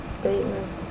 statement